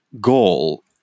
goal